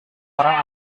orang